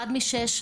אחד משש,